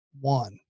one